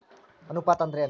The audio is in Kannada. ಅನುಪಾತ ಅಂದ್ರ ಏನ್?